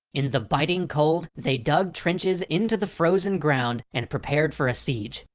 in the biting cold, they dug trenches into the frozen ground and prepared for a siege.